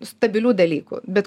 stabilių dalykų bet